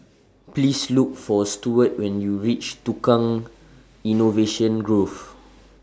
Please Look For Stuart when YOU REACH Tukang Innovation Grove